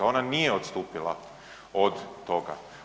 Ona nije odstupila od toga.